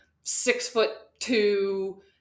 six-foot-two